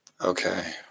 Okay